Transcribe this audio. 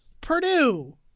Purdue